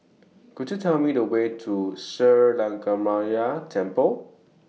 Could YOU Tell Me The Way to Sri Lankaramaya Temple